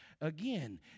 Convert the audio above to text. Again